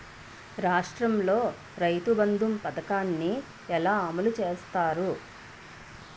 రాష్ట్రంలో రైతుబంధు పథకాన్ని ఎలా అమలు చేస్తారు?